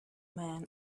man